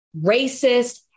racist